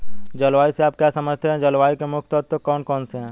जलवायु से आप क्या समझते हैं जलवायु के मुख्य तत्व कौन कौन से हैं?